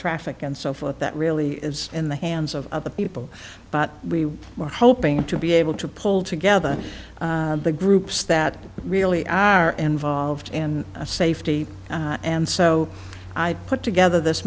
traffic and so forth that really is in the hands of other people but we are hoping to be able to pull together the groups that really are and volved and safety and so i put together this